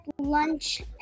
lunch